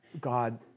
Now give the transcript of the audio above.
God